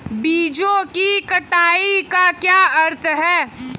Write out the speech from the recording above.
बीजों की कटाई का क्या अर्थ है?